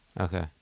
Okay